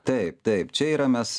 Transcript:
taip taip čia yra mes